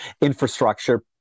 infrastructure